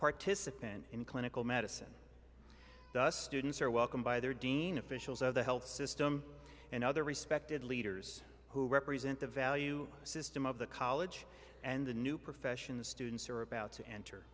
participant in clinical medicine thus students are welcome by their dean officials of the health system and other respected leaders who represent the value system of the college and the new profession the students are about to enter